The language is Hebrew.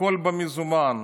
הכול במזומן,